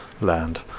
land